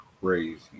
crazy